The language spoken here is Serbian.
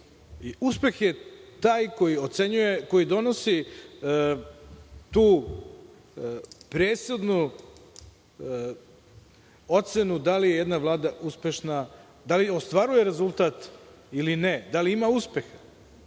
uspeh je taj koji donosi tu presudnu ocenu da li je jedna vlada uspešna, da li ostvaruje rezultat ili ne, da li ima uspeha? Mi